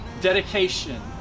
dedication